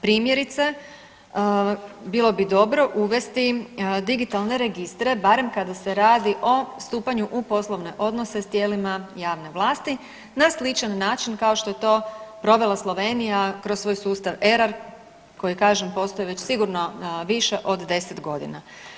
Primjerice bilo bi dobro uvesti digitalne registre barem kada se radi o stupanju u poslovne odnose sa tijelima javne vlasti na sličan način kao što je to provela Slovenija kroz svoj sustav Erar koji kažem postoji već sigurno više od deset godina.